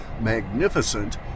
magnificent